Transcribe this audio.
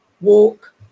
walk